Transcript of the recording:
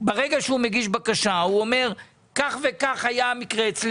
ברגע שהוא מגיש בקשה הוא אומר כך וכך היה המקרה אצלי,